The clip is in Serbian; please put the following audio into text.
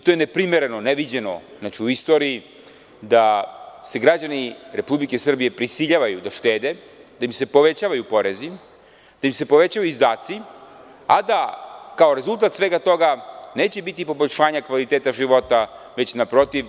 To je neprimereno, ne viđeno u istoriji da se građani Republike Srbije prisiljavaju da štede, da im se povećavaju porezi, da im se povećavaju izdaci, a da kao rezultat svega toga neće biti poboljšanja kvaliteta života, već naprotiv.